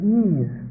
ease